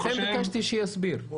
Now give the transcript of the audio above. ביקשתי שיסביר.